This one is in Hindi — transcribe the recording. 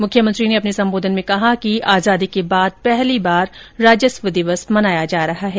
मुख्यमंत्री ने अपने संबोधन में कहा कि आजादी के बाद पहली बार राजस्व दिवस मनाया जा रहा है